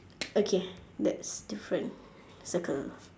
okay that's different circle